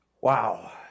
Wow